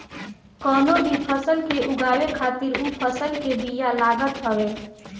कवनो भी फसल के उगावे खातिर उ फसल के बिया लागत हवे